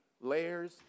layers